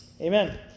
Amen